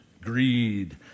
greed